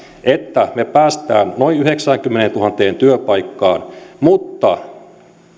että me pääsemme noin yhdeksäänkymmeneentuhanteen työpaikkaan mutta